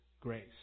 grace